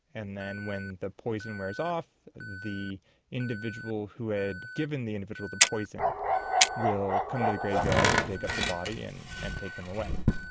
and then when the poison wears off the individual who had given the individual the poison will come to the graveyard and dig up the body and and take them away.